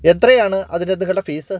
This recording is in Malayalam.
എത്രയാണ് അതിന് നിങ്ങളുടെ ഫീസ്